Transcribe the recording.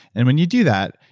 and when you do that,